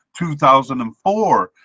2004